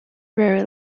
very